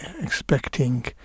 expecting